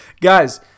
Guys